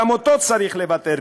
גם אותו צריך לבטל,